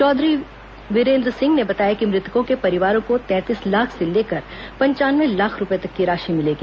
चौधरी वीरेन्द्र सिंह ने बताया कि मृतकों के परिवारों को तैंतीस लाख से लेकर पंचानवे लाख रूपये तक की राशि मिलेगी